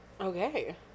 Okay